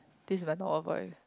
this is my normal voice